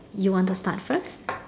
you want to start first